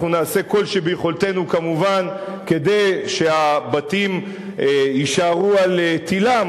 אנחנו נעשה כל שביכולתנו כדי שהבתים יישארו על תִלם,